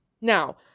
Now